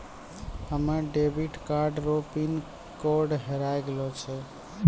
हमे debit card रो pin code हेराय गेलो छै